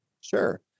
Sure